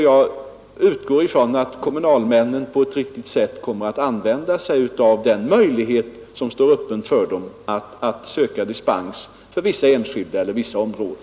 Jag utgår från att kommunalmännen på ett riktigt sätt kommer att använda sig av den för vissa områden.